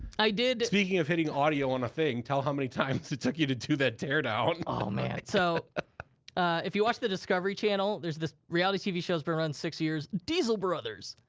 i did. speaking of hitting audio on a thing, tell how many times it took you do that teardown. oh man. so if you watch the discovery channel, there's this reality tv show's been running six years, diesel brothers.